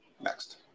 Next